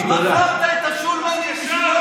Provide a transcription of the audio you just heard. הרגת את השולמנים.